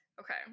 Okay